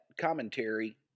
commentary